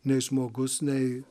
nei žmogus nei